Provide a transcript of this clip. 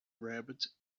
rabbit